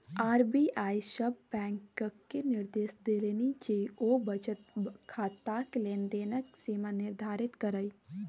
RBI सभ बैंककेँ निदेर्श देलनि जे ओ बचत खाताक लेन देनक सीमा निर्धारित करय